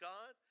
God